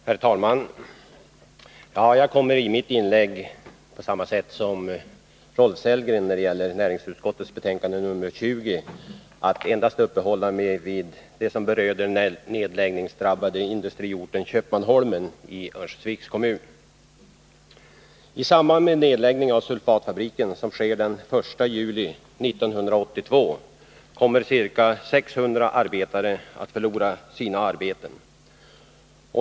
Herr talman! Jag kommer i mitt inlägg när det gäller näringsutskottets betänkande nr 20 att, på samma sätt som Rolf Sellgren, endast uppehålla mig vid det som berör den nedläggningsdrabbade industriorten Köpmanholmen i Örnsköldsviks kommun. I samband med nedläggningen av sulfatfabriken, som sker den 1 juli 1982, kommer ca 600 arbetare att förlora sina arbeten.